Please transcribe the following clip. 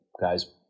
guy's